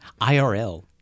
IRL